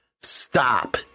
Stop